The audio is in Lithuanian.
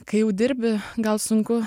kai jau dirbi gal sunku